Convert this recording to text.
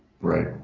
Right